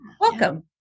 welcome